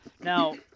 now